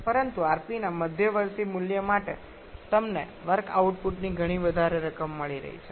પરંતુ rp ના મધ્યવર્તી મૂલ્ય માટે તમને વર્ક આઉટપુટની ઘણી વધારે રકમ મળી રહી છે